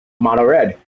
mono-red